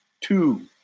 two